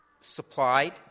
supplied